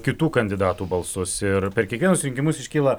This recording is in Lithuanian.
kitų kandidatų balsus ir per kiekvienus rinkimus iškyla